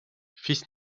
fils